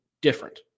different